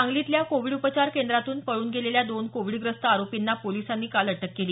सांगलीतल्या कोविड उपचार केंद्रातून पळून गेलेल्या दोन कोविडग्रस्त आरोपींना पोलिसांनी काल अटक केली